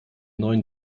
neuen